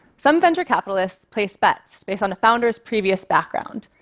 some venture capitalists place bets based on a founder's previous background.